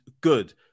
good